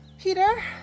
Peter